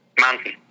Mountain